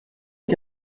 est